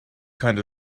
kind